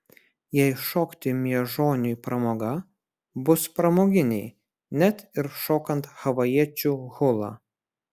jei šokti miežoniui pramoga bus pramoginiai net ir šokant havajiečių hulą